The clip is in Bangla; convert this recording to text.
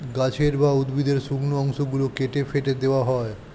গাছের বা উদ্ভিদের শুকনো অংশ গুলো কেটে ফেটে দেওয়া হয়